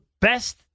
best